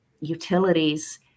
utilities